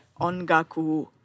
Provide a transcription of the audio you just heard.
Ongaku